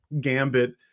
gambit